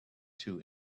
two